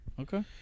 Okay